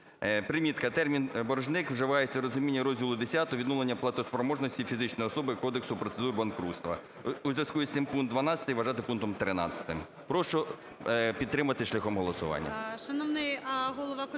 Примітка. Термін "боржник" вживається у розумінні Розділу Х "Відновлення платоспроможності фізичної особи" Кодексу процедур банкрутства". У зв'язку з цим пункт 12 вважати пунктом 13. Прошу підтримати шляхом голосування.